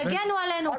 תגנו עלינו,